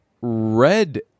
Red